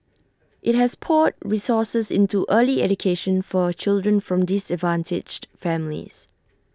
IT has poured resources into early education for children from disadvantaged families